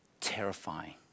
terrifying